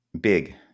Big